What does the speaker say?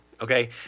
Okay